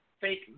fake